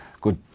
good